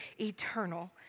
eternal